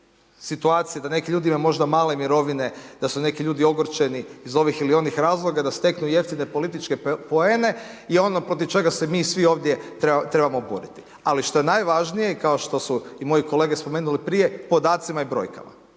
situacije da neki ljudi možda imaju male mirovine, da su neki ljudi ogorčeni iz ovih ili onih razloga, da steknu jeftine političke poene je ono protiv čega se mi svi ovdje trebamo boriti. Ali što je najvažnije, kao što su i moje kolege spomenuli prije, podacima i brojkama.